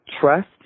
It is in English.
trust